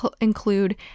include